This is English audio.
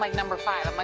like number five. um like